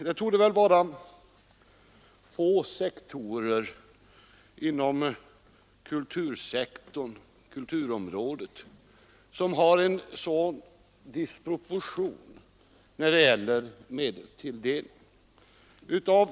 Det torde vara få sektorer inom kulturområdet som har en sådan disproportion när det gäller medelstilldelning som museiverksamheten.